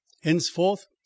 henceforth